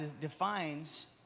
defines